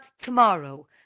tomorrow